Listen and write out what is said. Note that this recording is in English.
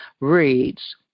reads